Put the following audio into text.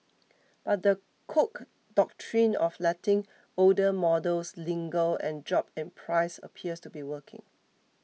but the Cook Doctrine of letting older models linger and drop in price appears to be working